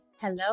Hello